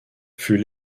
fut